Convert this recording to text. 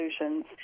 solutions